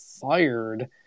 fired